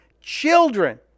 children